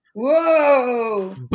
Whoa